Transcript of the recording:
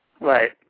Right